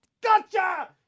Gotcha